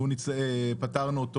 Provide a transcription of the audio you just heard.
ופתרנו אותו